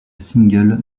single